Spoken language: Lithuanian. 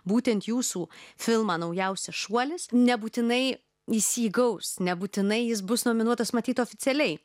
būtent jūsų filmą naujausią šuolis nebūtinai jis jį gaus nebūtinai jis bus nominuotas matyt oficialiai